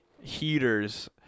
heaters